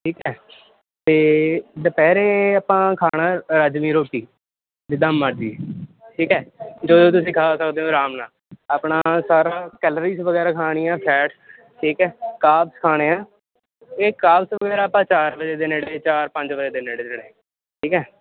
ਠੀਕ ਹੈ ਤੇ ਦੁਪਹਿਰੇ ਆਪਾਂ ਖਾਣਾ ਰੱਜਵੀਂ ਰੋਟੀ ਜਿੱਦਾਂ ਮਰਜੀ ਠੀਕ ਹੈ ਜਦੋਂ ਤੁਸੀਂ ਖਾ ਸਕਦੇ ਹੋ ਆਰਾਮ ਨਾਲ ਆਪਣਾ ਸਾਰਾ ਕੈਲੋਰੀਜ਼ ਵਗੈਰਾ ਖਾਣੀ ਆ ਫੈਟ ਠੀਕ ਹੈ ਕਾਰਬਜ਼ ਖਾਣੇ ਆ ਇਹ ਕਾਰਬਜ਼ ਆਪਾਂ ਚਾਰ ਵਜੇ ਦੇ ਨੇੜੇ ਚਾਰ ਪੰਜ ਵਜੇ ਦੇ ਨੇੜੇ ਤੇੜੇ ਠੀਕ ਹੈ